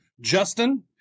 Justin